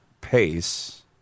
pace